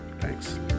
thanks